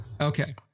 Okay